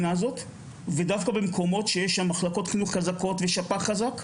דווקא במקומות שיש מחלקות חינוך חזקות, ושפ"ח חזק,